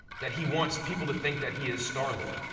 that he wants people to think that he is star-lord.